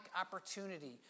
opportunity